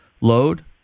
load